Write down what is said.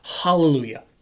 Hallelujah